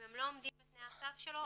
אם הם לא עומדים בתנאי הסף שלו,